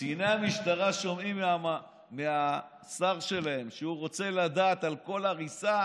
קציני המשטרה שומעים מהשר שלהם שהוא רוצה לדעת על כל הריסה